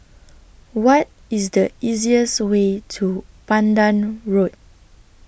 What IS The easiest Way to Pandan Road